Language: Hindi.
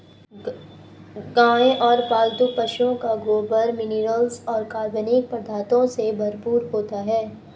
गाय और पालतू पशुओं का गोबर मिनरल्स और कार्बनिक पदार्थों से भरपूर होता है